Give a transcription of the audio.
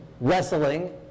wrestling